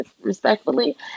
respectfully